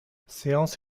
séance